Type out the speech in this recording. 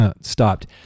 Stopped